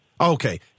Okay